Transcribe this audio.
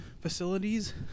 facilities